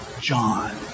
John